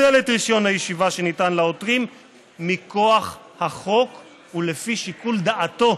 לבטל את רישיון הישיבה שניתן לעותרים מכוח החוק ולפי שיקול דעתו.